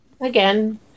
again